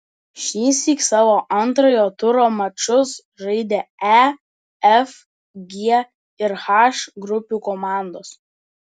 šįsyk savo antrojo turo mačus žaidė e f g ir h grupių komandos